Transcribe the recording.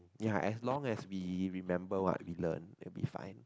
ya as long as we remember what we learn then will be fine